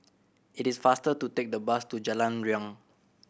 it is faster to take the bus to Jalan Riang